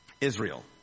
Israel